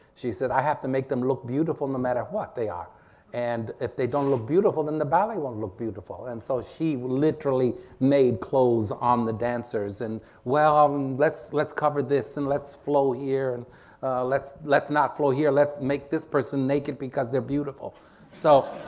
she said i have to make them look beautiful no matter what they are and if they don't look beautiful then the ballet won't look beautiful and so she literally made clothes on the dancers and well um let's let's cover this and let's flow here and let's let's not flow here let's make this person naked because they're beautiful so